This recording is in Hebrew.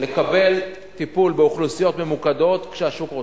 לקבל טיפול באוכלוסיות ממוקדות כשהשוק רותח.